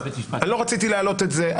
לא רציתי להעלות את זה.